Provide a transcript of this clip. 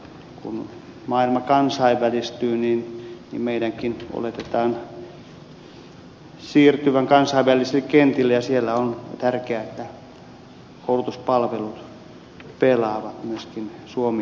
kun maailma kansainvälistyy niin meidänkin oletetaan siirtyvän kansainvälisille kentille ja siellä on tärkeää että koulutuspalvelut pelaavat myöskin suomi koulujen osalta